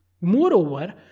moreover